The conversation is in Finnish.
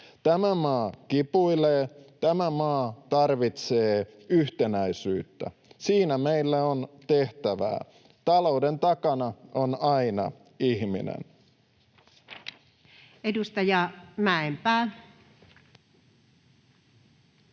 Tämä maa kipuilee. Tämä maa tarvitsee yhtenäisyyttä. Siinä meillä on tehtävää. Talouden takana on aina ihminen.